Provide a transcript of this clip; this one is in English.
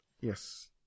Yes